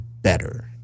better